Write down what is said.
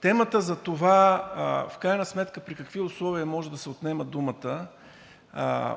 Темата за това в крайна сметка при какви условия може да се отнема думата,